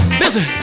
listen